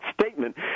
statement